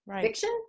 fiction